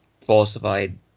falsified